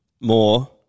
more